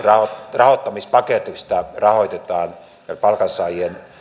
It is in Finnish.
rahoittamispaketista rahoitetaan palkansaajien